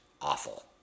awful